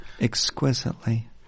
Exquisitely